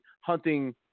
hunting